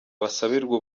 basabirwa